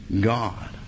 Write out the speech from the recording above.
God